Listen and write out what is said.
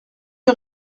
ces